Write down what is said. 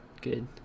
good